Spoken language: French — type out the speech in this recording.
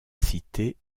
cité